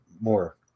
more